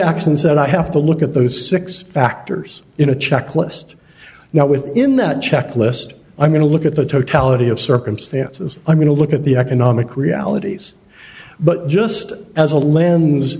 x and said i have to look at those six factors in a checklist now within that checklist i'm going to look at the totality of circumstance i'm going to look at the economic realities but just as a limbs